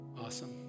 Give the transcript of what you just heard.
awesome